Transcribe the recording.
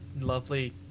lovely